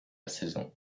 saison